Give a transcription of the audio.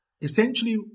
essentially